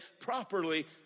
properly